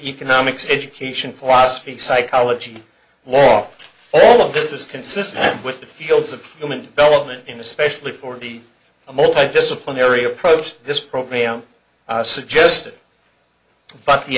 economics education philosophy psychology law all of this is consistent with the fields of human development in especially for the multi disciplinary approach this program suggested but the